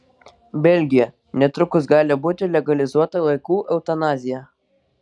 belgija netrukus gali būti legalizuota vaikų eutanazija